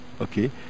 Okay